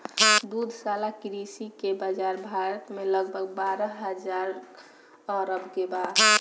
दुग्धशाला कृषि के बाजार भारत में लगभग बारह हजार अरब के बा